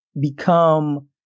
become